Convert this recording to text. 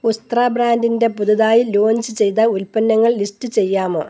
ഉസ്ത്രാ ബ്രാൻഡിന്റെ പുതുതായി ലോഞ്ച് ചെയ്ത ഉൽപ്പന്നങ്ങൾ ലിസ്റ്റ് ചെയ്യാമോ